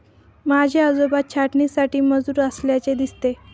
माझे आजोबा छाटणीसाठी मजूर असल्याचे दिसते